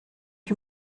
que